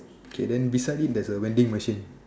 okay then beside it there's a vending machine